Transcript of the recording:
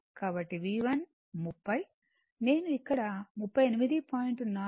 కాబట్టి V1 30 నేను ఇక్కడ 38